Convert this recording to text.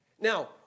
Now